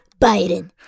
Biden